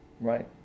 Right